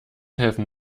helfen